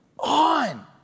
on